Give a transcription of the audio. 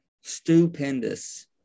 stupendous